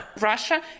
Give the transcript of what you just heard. Russia